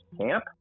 camp